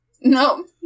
No